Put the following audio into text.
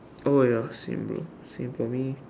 oh ya same bro same for me